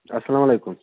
اَسلام علیکُم